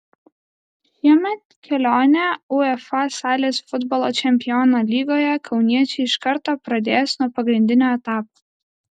šiemet kelionę uefa salės futbolo čempionų lygoje kauniečiai iš karto pradės nuo pagrindinio etapo